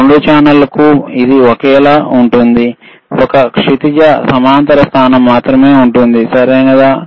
రెండు ఛానెల్లకు ఇది ఒకేలా ఉంటుంది ఒక క్షితిజ సమాంతర స్థానం మాత్రమే ఉంటుంది సరియైనదా